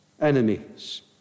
enemies